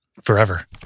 forever